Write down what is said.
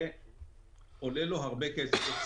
זה עולה לו הרבה כסף,